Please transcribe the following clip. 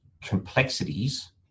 complexities